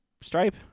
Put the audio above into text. stripe